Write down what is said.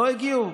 לא הגיעו.